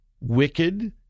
wicked